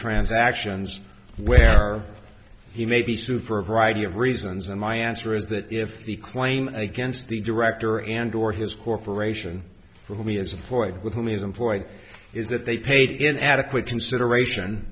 transactions where he may be sued for a variety of reasons and my answer is that if the claim against the director and or his corporation to me is employed with me as employed is that they paid in adequate consideration